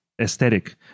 Aesthetic